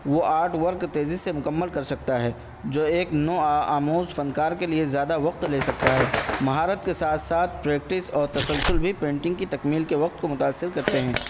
وہ artwork تیزی سے مکمل کر سکتا ہے جو ایک نو آموز فنکار کے لیے زیادہ وقت لے سکتا ہے مہارت کے ساتھ ساتھ پریکٹس اور تسلسل بھی پینٹنگ کی تکمیل کے وقت کو متاثر کرتے ہیں